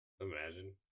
Imagine